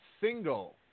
single